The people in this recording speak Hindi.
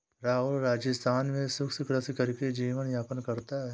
राहुल राजस्थान में शुष्क कृषि करके जीवन यापन करता है